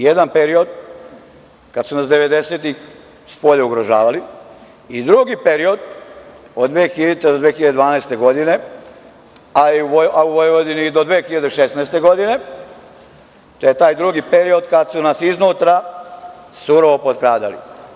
Jedan period kada su nas devedesetih spolja ugrožavali i drugi period od 2000. do 2012. godine, a u Vojvodini do 2016. godine, to je taj drugi period kada su nas iznutra surovo potkradali.